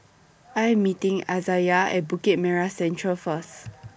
I Am meeting Izayah At Bukit Merah Central First